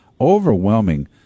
Overwhelming